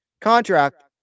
Contract